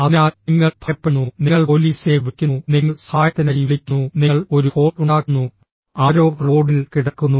അതിനാൽ നിങ്ങൾ ഭയപ്പെടുന്നു നിങ്ങൾ പോലീസിനെ വിളിക്കുന്നു നിങ്ങൾ സഹായത്തിനായി വിളിക്കുന്നു നിങ്ങൾ ഒരു ഫോൺ ഉണ്ടാക്കുന്നു ആരോ റോഡിൽ കിടക്കുന്നു